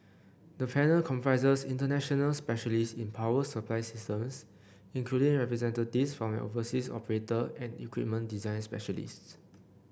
the panel comprises international specialists in power supply systems including representatives from an overseas operator and equipment design specialists